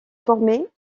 formés